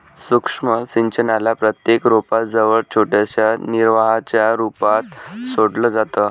सूक्ष्म सिंचनाला प्रत्येक रोपा जवळ छोट्याशा निर्वाहाच्या रूपात सोडलं जातं